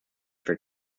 for